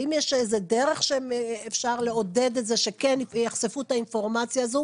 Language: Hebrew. האם יש איזו דרך שאפשר לעודד את זה שכן יחשפו את האינפורמציה הזו?